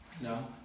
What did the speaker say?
No